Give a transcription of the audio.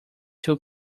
two